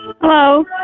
Hello